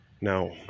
Now